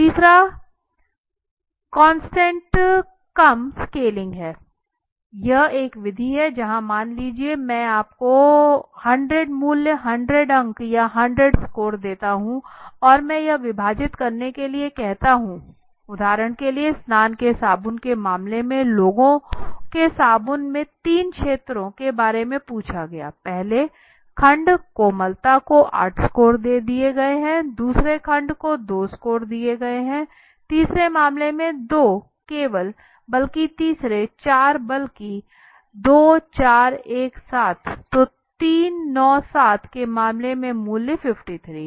तीसरा constant sum scaling है यह एक विधि है जहाँ मान लीजिए मैं आपको 100 मूल्य 100 अंक या 100 स्कोर देता हूँ और मैं यह विभाजित करने के लिए कहता हूँ उदाहरण के लिए स्नान के साबुन के मामले में लोगों के साबुन के तीन क्षेत्रों के बारे में पूछा गया पहले खंड कोमलता को 8 स्कोर दे दिया है दूसरे खंड को दो स्कोर दे दिया है तीसरे मामले में 2 केवल तीसरी 4 बल्कि 2 4 17 तो 3 9 7 के मामले में मूल्य 53 हैं